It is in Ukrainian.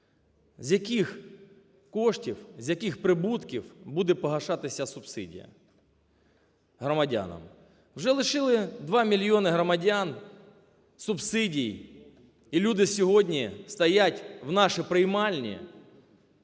з яких коштів, з яких прибутків буде погашатися субсидія громадянам? Вже лишили 2 мільйони громадян субсидій. І люди сьогодні стоять в наші приймальні